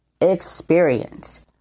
experience